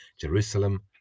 Jerusalem